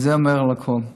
וזה אומר על הכול: